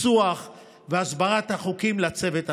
בניסוח והסברת החוקים לצוות המשפטי.